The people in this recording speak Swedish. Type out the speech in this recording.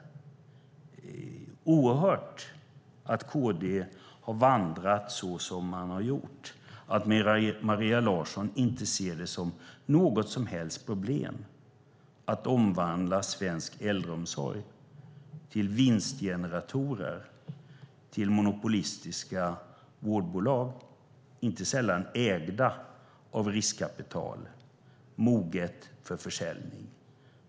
Det är oerhört att KD har vandrat så som man har gjort och att Maria Larsson inte ser det som något som helst problem att omvandla svensk äldreomsorg till vinstgeneratorer och monopolistiska vårdbolag, inte sällan ägda av riskkapital moget för försäljning.